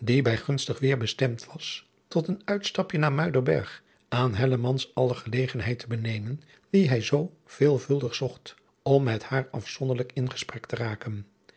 bij gunstig weêr bestemd was tot een uitstapje naar muiderberg aan hellemans alle gelegenheden te benemen die hij zoo veelvuldig zocht om met adriaan loosjes pzn het leven van hillegonda buisman haar afzonderlijk in gesprek te raken